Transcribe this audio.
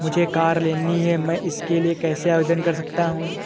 मुझे कार लेनी है मैं इसके लिए कैसे आवेदन कर सकता हूँ?